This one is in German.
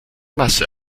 masse